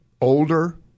Older